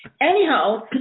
Anyhow